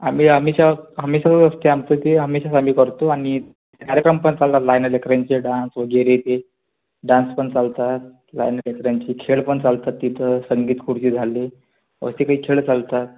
आम्ही हमेशा हमेशा कॅम्पचं ते हमेशा करतो आणि कार्यक्रम पण चांगला लहान्या लेकरांचे डांस वगैरे ते डांस पण चालतात लहान्या लेकरांची खेळ पण चालतात तिथं संगीत खुर्ची झाली अशे काही खेळ चालतात